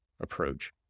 approach